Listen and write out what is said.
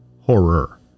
Horror